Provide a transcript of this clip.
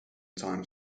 times